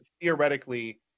theoretically